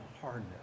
hardness